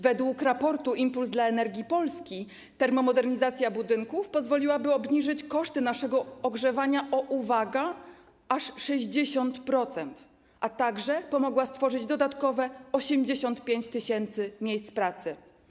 Według raportu ˝Impuls dla Energii Polski˝ termomodernizacja budynków pozwoliłaby obniżyć koszty naszego ogrzewania o, uwaga, aż 60%, a także pomogła stworzyć dodatkowe 85 tys. miejsc pracy.